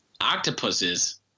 octopuses